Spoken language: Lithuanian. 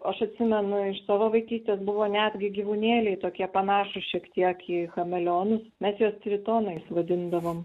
aš atsimenu iš savo vaikystės buvo netgi gyvūnėliai tokie panašūs šiek tiek į chameleonus mes juos tritonais vadindavom